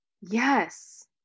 yes